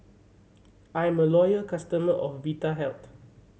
I am a loyal customer of Vitahealth